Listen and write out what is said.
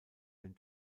den